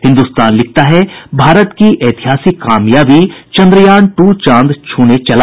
हिन्दुस्तान लिखता है भारत की ऐतिहासिक कामयाबी चन्द्रयान टू चांद छूने चला